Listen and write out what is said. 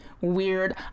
weird